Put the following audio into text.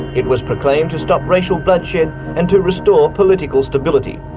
it was proclaimed to stop racial bloodshed and to restore political stability,